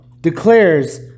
declares